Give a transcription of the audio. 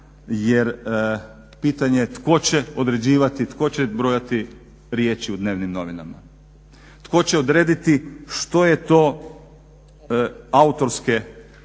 jer pitanje tko će određivati, tko će brojati riječi u dnevnim novinama, tko će odrediti što su to autorski